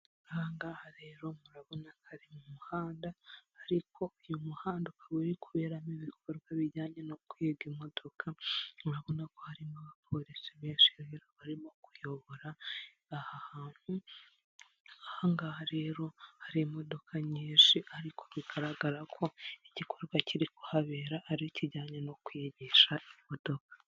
Aha ngaha rero murabona ko ari mu muhanda ariko uyu muhanda ukaba uri kuberamo ibikorwa bijyanye no kwiga imodoka, murabona ko harimo abapolisi benshi rero barimo kuyobora aha hantu, aha ngaha rero hari imodoka nyinshi ariko bigaragara ko igikorwa kiri kuhabera ari ikijyanye no kwigisha imodoka.